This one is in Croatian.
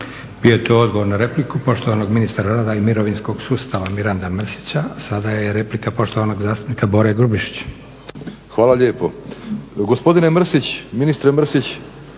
Bio je to odgovor na repliku, poštovanog ministra rada i mirovinskog sustava Miranda Mrsića. Sada je replika poštovanog zastupnika Bore Grubišića. **Grubišić, Boro (HDSSB)** Hvala lijepo. Gospodine Mrsić, ministre Mrsić,